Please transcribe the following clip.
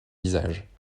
visage